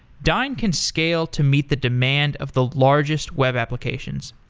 dyn can scale to meet the demand of the largest web applications.